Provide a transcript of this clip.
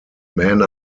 man